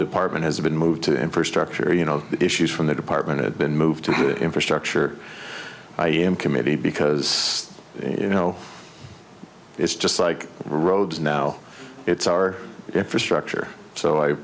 department has been moved to infrastructure you know issues from the department had been moved to the infrastructure i am committee because you know it's just like roads now it's our infrastructure so i